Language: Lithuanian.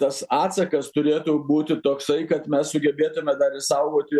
tas atsakas turėtų būti toksai kad mes sugebėtume dar išsaugoti